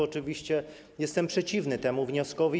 Oczywiście jestem przeciwny temu wnioskowi.